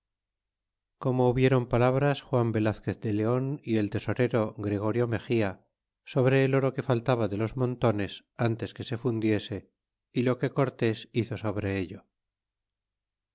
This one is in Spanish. como hubiéron palabras juan velazquez de leon y el tesorero gregorio lexía sobre el oro que faltaba de los montones ántes que se fundiese y lo que cortés hizo sobre ello